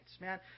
Man